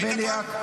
חבר הכנסת בליאק.